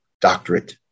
Doctorate